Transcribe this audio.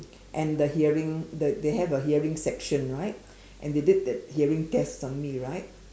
and the hearing the they have a hearing section right and they did that hearing test on me right